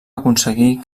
aconseguir